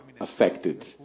affected